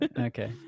Okay